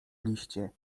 liście